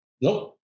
Nope